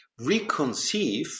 reconceive